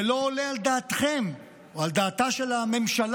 שלא עולה על דעתכם או על דעתה של הממשלה